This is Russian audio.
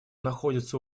находится